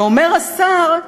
ואמר השר: